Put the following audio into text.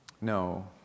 No